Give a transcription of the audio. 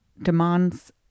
demands